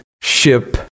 ship